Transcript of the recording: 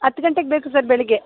ಹತ್ತು ಗಂಟೆಗೆ ಬೇಕು ಸರ್ ಬೆಳಗ್ಗೆ